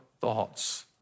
thoughts